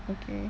okay